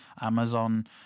Amazon